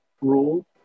rule